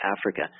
Africa